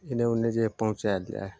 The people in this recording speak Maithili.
एन्ने उन्ने जे पहुँचायल जाइ हइ